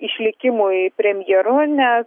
išlikimui premjeru nes